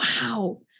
wow